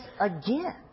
again